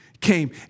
came